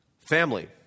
Family